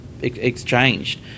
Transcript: exchanged